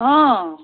অঁ